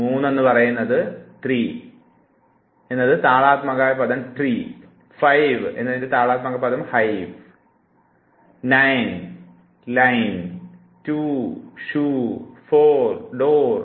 അപ്പോൾ 3 ത്രീ എന്നതിൻറെ താളാത്മക പദമായിരിക്കും ട്രീ 5 ഫൈവ് എന്നതിൻറെ താളാത്മക പദമായിരിക്കും hive 9 nine line 2 two shoe 4 four door